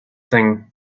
thing